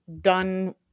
done